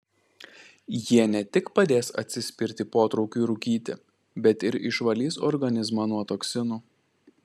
jie ne tik padės atsispirti potraukiui rūkyti bet ir išvalys organizmą nuo toksinų